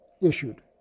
issued